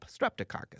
Streptococcus